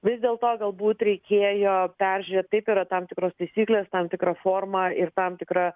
vis dėlto galbūt reikėjo peržiūrėt taip yra tam tikros taisyklės tam tikra forma ir tam tikra